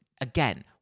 again